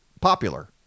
popular